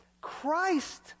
Christ